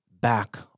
back